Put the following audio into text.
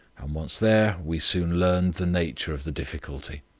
and once there we soon learned the nature of the difficulty.